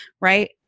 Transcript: Right